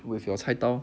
with your 菜刀